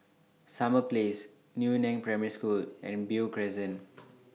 Summer Place Yu Neng Primary School and Beo Crescent